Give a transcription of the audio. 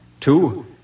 Two